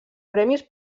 premis